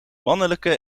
mannelijke